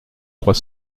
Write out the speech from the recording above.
trois